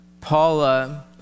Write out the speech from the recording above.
Paula